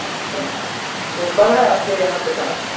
अच्छा तो कब है आपके यहाँ पर शादी